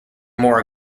more